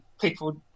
people